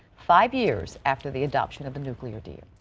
five years after the adoption of the nuclear deal.